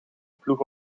ploeg